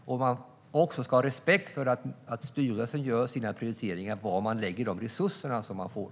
Man ska också ha respekt för att styrelsen gör sina prioriteringar av var man ska lägga de resurser som man får.